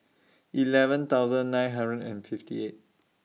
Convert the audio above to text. eleven thousand nine hundred and fifty eight